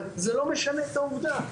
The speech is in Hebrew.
אבל זה לא משנה את העובדה.